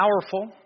powerful